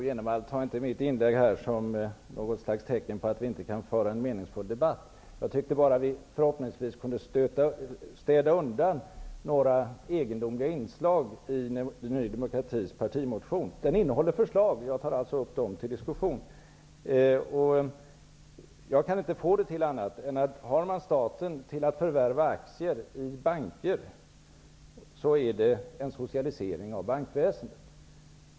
Fru talman! Ta inte mitt inlägg här som ett tecken på att vi inte kan föra en meningsfull debatt, Bo G Jenevall. Jag hoppades bara att vi kunde städa undan några egendomliga inslag i Ny demokratis partimotion. Den innehåller förslag. Jag tar upp dem till diskussion. Jag kan inte få det till annat än att om staten skall förvärva aktier i banker, är det en socialisering av bankväsendet.